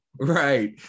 Right